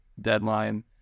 deadline